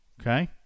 Okay